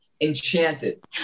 Enchanted